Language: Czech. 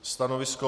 Stanovisko?